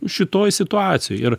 šitoj situacijoj ir